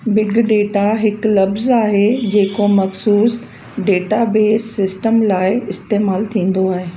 big data हिकु लफ़्ज़ु आहे जेको मख़सूसु डेटाबेस सिस्टम लाइ इस्तेमालु थींदो आहे